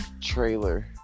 trailer